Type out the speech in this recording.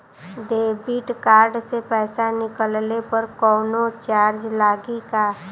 Debit card से पैसा निकलले पर कौनो चार्ज लागि का?